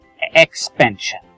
expansion